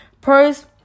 Pros